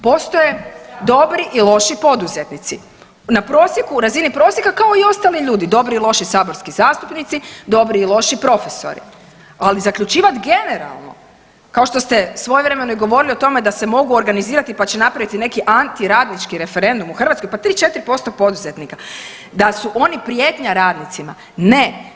Postoje dobri i loši poduzetnici na prosjeku, u razini prosjeka, kao i ostali ljudi, dobri i loši saborski zastupnici, dobri i loši profesori, ali zaključivat generalno kao što ste svojevremeno i govorili o tome da se mogu organizirati, pa će napraviti neki antiradnički referendum u Hrvatskoj, pa 3-4% poduzetnika, da su oni prijetnja radnicima, ne.